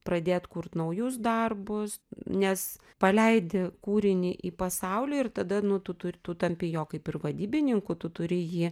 pradėt kurt naujus darbus nes paleidi kūrinį į pasaulį ir tada nu tu tu tampi jo kaip ir vadybininkų tu turi jį